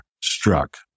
struck